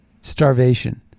starvation